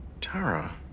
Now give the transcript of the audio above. Tara